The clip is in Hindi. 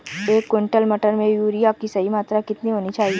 एक क्विंटल मटर में यूरिया की सही मात्रा कितनी होनी चाहिए?